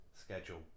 schedule